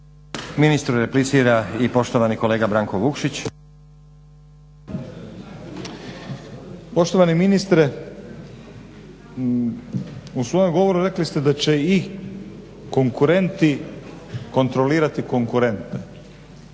laburisti - Stranka rada)** Poštovani ministre u svojem govoru rekli ste da će i konkurenti kontrolirati konkurente.